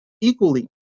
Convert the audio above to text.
equally